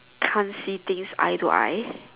can't see things eye to eye